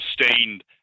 sustained